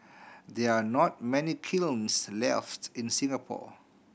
there are not many kilns left in Singapore